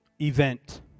event